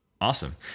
Awesome